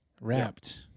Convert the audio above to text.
wrapped